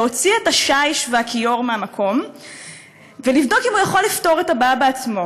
להוציא את השיש והכיור מהמקום ולבדוק אם הוא יכול לפתור את הבעיה בעצמו.